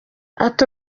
ati